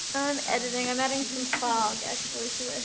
i'm editing. i'm adding some fog actually to and